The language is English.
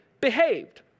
behaved